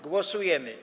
Głosujemy.